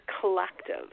collective